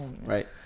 right